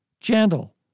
gentle